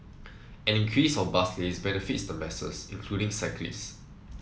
an increase of bus lanes benefits the masses including cyclist